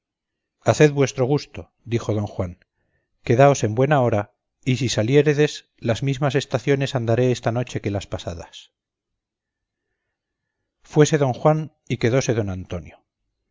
haced vuestro gusto dijo don juan quedaos en buena hora y si saliéredes las mismas estaciones andaré esta noche que las pasadas fuése don juan y quedóse don antonio